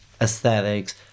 aesthetics